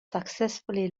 successfully